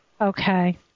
Okay